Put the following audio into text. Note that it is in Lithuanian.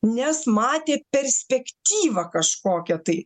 nes matė perspektyvą kažkokią tai